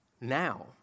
now